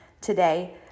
today